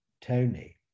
Tony